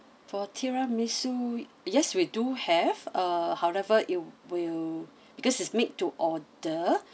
for tiramisu yes we do have uh however you will because it's made to order